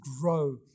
grow